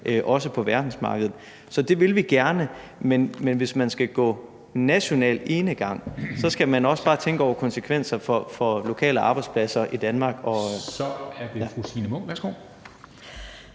også på verdensmarkedet. Så det vil vi gerne. Men hvis man skal gå national enegang, skal man også bare tænke over konsekvenserne for lokale arbejdspladser i Danmark. Kl. 14:28 Formanden